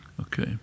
okay